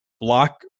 block